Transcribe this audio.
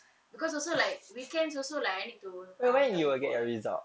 because also like weekends also like I need to ah help you [what]